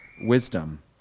wisdom